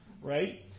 right